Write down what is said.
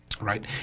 right